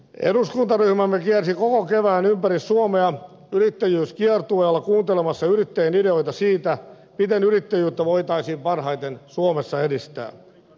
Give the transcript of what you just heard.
eduskuntaryhmämme kiersi koko kevään ympäri suomea yrittäjyyskiertueella kuuntelemassa yrittäjien ideoita siitä miten yrittäjyyttä voitaisiin parhaiten suomessa edistää